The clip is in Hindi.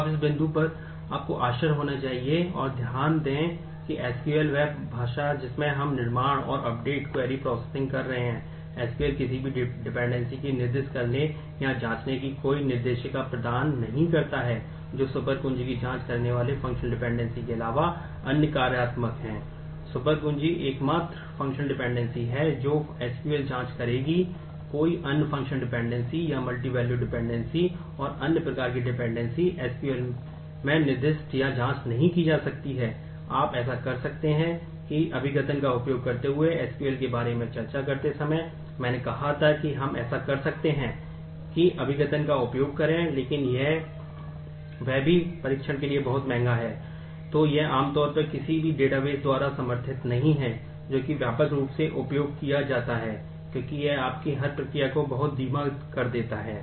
अब इस बिंदु पर आपको आश्चर्य होना चाहिए और ध्यान दें कि एसक्यूएल द्वारा समर्थित नहीं है जो कि व्यापक रूप से उपयोग किया जाता है क्योंकि यह आपकी हर प्रक्रिया को बहुत धीमा कर देता है